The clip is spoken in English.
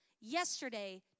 yesterday